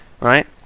right